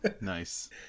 Nice